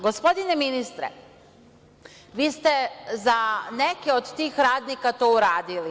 Gospodine ministre, vi ste za neke od tih radnika to uradili.